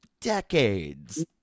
decades